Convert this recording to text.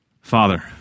Father